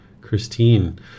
Christine